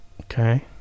Okay